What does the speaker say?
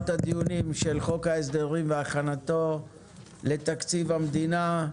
הדיון על חוק ההסדרים והכנתו לתקציב המדינה.